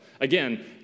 Again